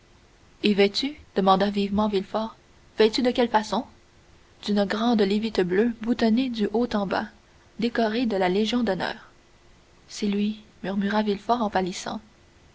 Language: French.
et vêtu demanda vivement villefort vêtu de quelle façon d'une grande lévite bleue boutonnée du haut en bas décoré de la légion d'honneur c'est lui murmura villefort en